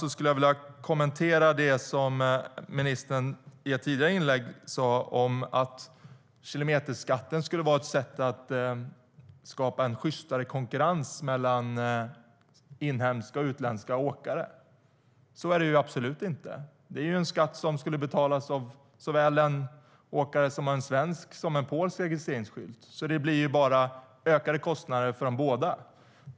Jag skulle vilja kommentera det som ministern i ett tidigare inlägg sa om att kilometerskatten skulle vara ett sätt att skapa en sjystare konkurrens mellan inhemska och utländska åkare. Så är det absolut inte. Det är en skatt som skulle betalas av åkare oavsett om man har svensk eller polsk registreringsskylt. Det blir bara ökade kostnader för dem båda.